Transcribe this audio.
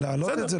להעלות את זה,